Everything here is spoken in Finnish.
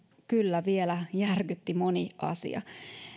kyllä vielä järkytti moni asia